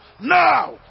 now